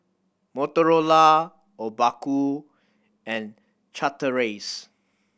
Motorola Obaku and Chateraise